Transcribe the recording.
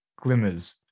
glimmers